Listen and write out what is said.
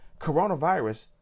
coronavirus